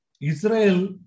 Israel